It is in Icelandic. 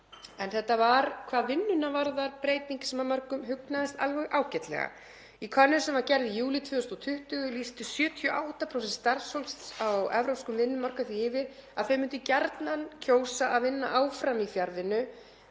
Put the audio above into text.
að þetta var hvað vinnuna varðar breyting sem mörgum hugnaðist alveg ágætlega. Í könnun sem var gerð í júlí 2020 lýstu 78% starfsfólks á evrópskum vinnumarkaði því yfir að þau myndu gjarnan kjósa að vinna áfram í fjarvinnu